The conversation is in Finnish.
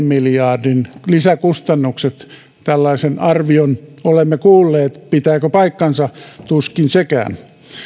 miljardin lisäkustannukset tällaisen arvion olemme kuulleet pitääkö paikkansa tuskin sekään